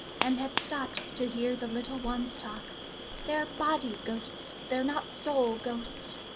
and had stopped to hear the little ones talk they're body ghosts they're not soul ghosts